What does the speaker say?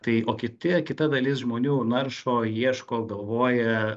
tai o kiti kita dalis žmonių naršo ieško galvoja